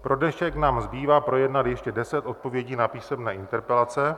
Pro dnešek nám zbývá projednat ještě 10 odpovědí na písemné interpelace.